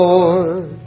Lord